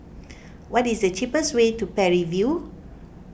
what is the cheapest way to Parry View